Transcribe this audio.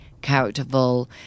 characterful